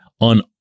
on